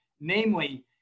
Namely